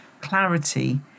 clarity